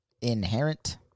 Inherent